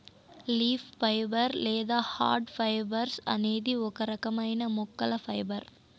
leaf fibres లేదా hard fibres అనేది ఒక రకమైన మొక్కల ఫైబర్